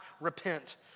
repent